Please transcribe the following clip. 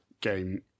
game